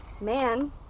man